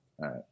right